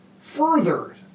Further